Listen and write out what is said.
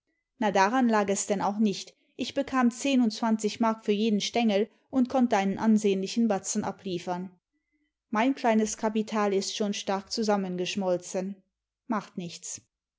na daran lag es denn auch nicht ich bekam zehn und zwanzig mark für jeden stengel und konnte einen ansehnlichen batzen abliefern mein kleines kapital ist schon stark zusammengeschmolzen macht nichts